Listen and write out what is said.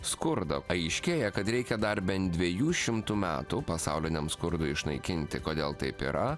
skurdą aiškėja kad reikia dar bent dviejų šimtų metų pasauliniam skurdui išnaikinti kodėl taip yra